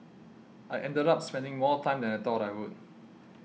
I ended up spending more time than I thought I would